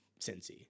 cincy